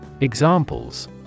Examples